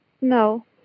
No